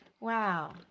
Wow